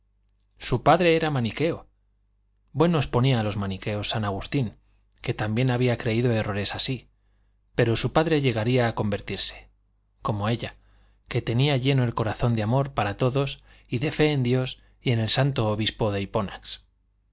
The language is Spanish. su padre era maniqueo buenos ponía a los maniqueos san agustín que también había creído errores así pero su padre llegaría a convertirse como ella que tenía lleno el corazón de amor para todos y de fe en dios y en el santo obispo de